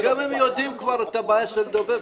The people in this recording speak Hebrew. וגם אם הם יודעים כבר את הבעיה של דוב"ב,